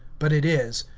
but it is,